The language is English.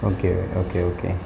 okay okay okay